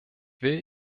will